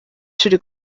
ishuri